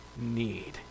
need